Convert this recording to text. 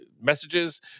messages